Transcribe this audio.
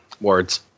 words